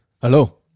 Hello